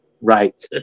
Right